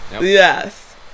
yes